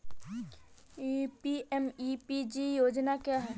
PMEPG योजना क्या है?